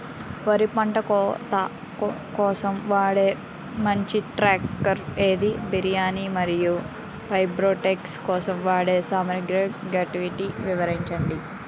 వరి పంట కోత కోసం వాడే మంచి ట్రాక్టర్ ఏది? బియ్యాన్ని మరియు బై ప్రొడక్ట్ కోసం వాడే సామాగ్రి గ్యారంటీ వివరించండి?